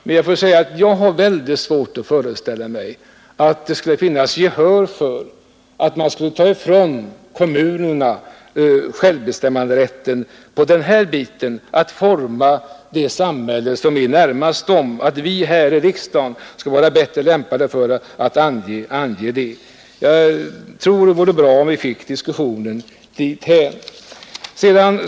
Men jag har väldigt svårt att föreställa mig att det skulle finnas gehör för att man skulle ta ifrån kommunerna självbestämmanderätten när det gäller att forma den delen av samhället som är närmast dem och att vi här i riksdagen skulle vara bättre lämpade att göra detta. Jag tror det vore bra om vi fick diskussionen inriktad på detta.